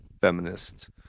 feminists